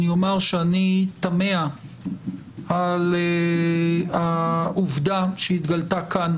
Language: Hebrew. אני אומר שאני תמה על העובדה שהתגלתה כאן,